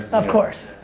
of course,